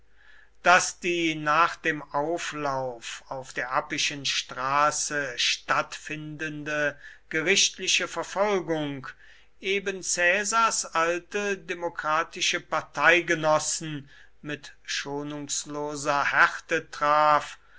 daß die nach dem auflauf auf der appischen straße stattfindende gerichtliche verfolgung eben caesars alte demokratische parteigenossen mit schonungsloser härte traf